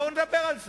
בואו נדבר גם על זה.